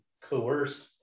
coerced